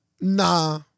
Nah